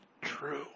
true